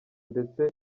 ndetse